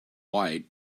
white